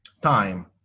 time